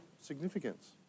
significance